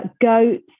Goats